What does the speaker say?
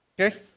okay